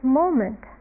moment